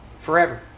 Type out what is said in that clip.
Forever